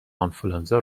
آنفلوانزا